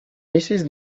mrs